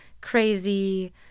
crazy